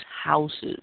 houses